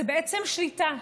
זה בעצם שליטה,